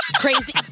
crazy